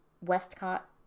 Westcott